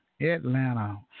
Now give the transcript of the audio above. Atlanta